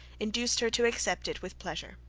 induced her to accept it with pleasure.